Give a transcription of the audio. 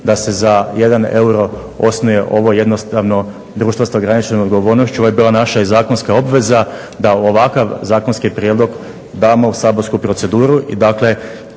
da se za jedan euro osnuje ovo jednostavno društvo sa ograničenom odgovornošću. Ovo je bila i naša zakonska obveza da ovakav zakonski prijedlog damo u saborsku proceduru. I dakle,